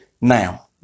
now